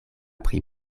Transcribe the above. pri